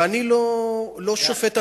ואני לא שופט אנשים.